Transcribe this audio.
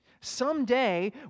Someday